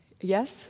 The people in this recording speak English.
Yes